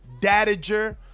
dadager